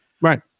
Right